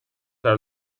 are